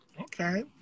Okay